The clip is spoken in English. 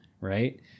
right